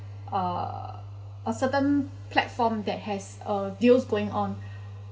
uh uh certain platform that has uh deals going on